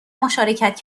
مشارکت